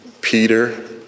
Peter